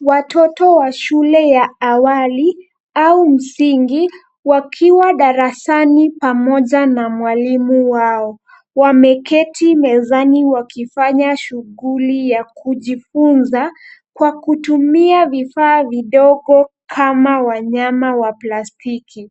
Watoto wa shule ya awali au msingi wakiwa darasani pamoja na mwalimu wao wameketi mezani wakifanya shughuli ya kujifunza kwa kutumia vifaa vidogo kama wanyama wa plastiki.